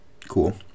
cool